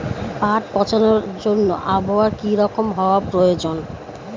পাট পচানোর জন্য আবহাওয়া কী রকম হওয়ার প্রয়োজন?